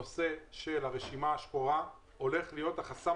הנושא של הרשימה השחורה הולך להיות החסם